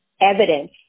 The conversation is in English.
evidence